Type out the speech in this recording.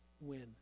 win